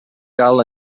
cal